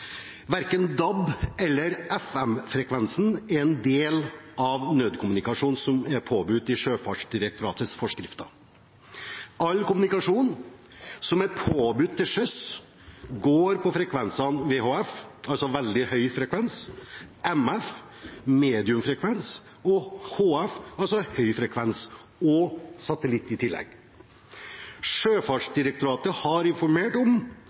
verken for eller imot DAB kontra FM-nettet. Disse frekvensene er ikke en del av nødkommunikasjonen som er påbudt i direktoratets forskrifter. All kommunikasjon som er påbudt går på frekvensene VHF, MF, og HF og satellitt. Dette er også grunnen til at Sjøfartsdirektoratet ikke har engasjert seg i